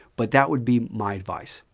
but that would be my advice.